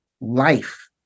Life